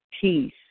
peace